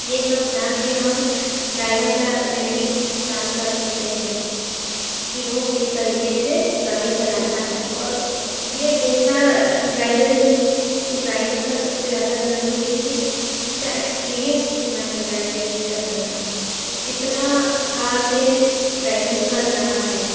ये सब जान के हम ड्राइवर का रेटिंग जाँच कर सकते हैं कि वो किस तरीके से गाड़ी चलाता है और ये देखना ड्राइवर ड्राइवर का सब से ज़्यादा ज़रूरी है कि उसका एक्सपीरिएंस कितना है ड्राइविंग करने का और कितना साल से ड्राइविंग कर रहा है